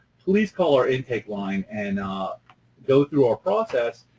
please call our intake line and go through our process,